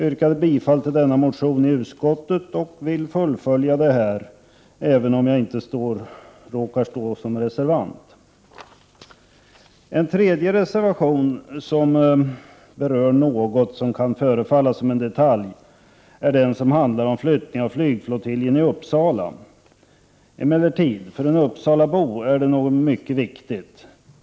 Jag yrkar, trots att jag inte tillhör reservanterna, bifall till motion Fö1l3. En tredje reservation, som berör något som kan förefalla som en detalj, handlar om flyttning av flygflottiljen i Uppsala. För en uppsalabo är det emellertid en mycket viktig fråga.